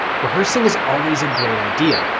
rehearsing is always a great idea.